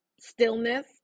stillness